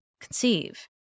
conceive